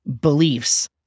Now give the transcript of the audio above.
beliefs